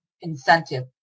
incentive